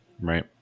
Right